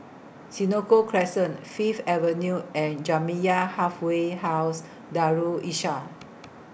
Senoko Crescent Fifth Avenue and Jamiyah Halfway House Darul Islah